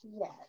Yes